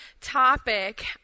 topic